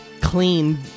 clean